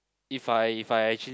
if I if I actually